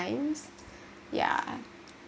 times yeah